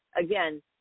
Again